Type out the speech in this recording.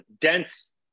dense